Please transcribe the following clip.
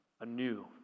anew